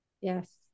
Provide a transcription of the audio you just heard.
Yes